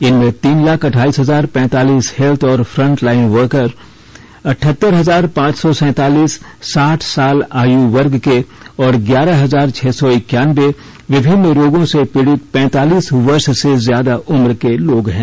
इनमें तीन लाख अठाइस हजार पैतालीस हेल्थ और फ्रंटलाइन वर्कर अठहतर हजार पांच सौ सैतालीस साठ साल आयु वर्ग के और ग्यारह हजार छह सौ इक्यानबे विभिन्न रोगों से पीड़ित पैतालीस वर्ष से ज्यादा उम्र के लोग हैं